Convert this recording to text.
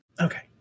Okay